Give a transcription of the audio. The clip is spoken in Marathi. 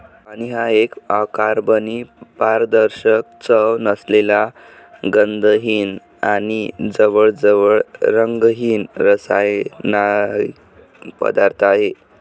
पाणी हा एक अकार्बनी, पारदर्शक, चव नसलेला, गंधहीन आणि जवळजवळ रंगहीन रासायनिक पदार्थ आहे